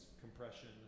compression